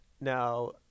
Now